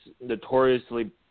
notoriously